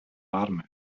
warm